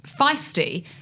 feisty